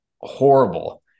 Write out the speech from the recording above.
horrible